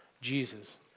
Jesus